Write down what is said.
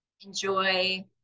enjoy